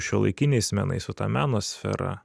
šiuolaikiniais menais su ta meno sfera